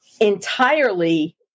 entirely